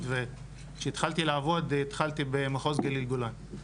וכשהתחלתי לעבוד התחלתי במחוז גליל גולן,